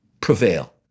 prevail